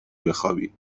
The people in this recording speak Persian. بخوابی